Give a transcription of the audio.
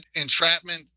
Entrapment